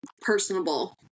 personable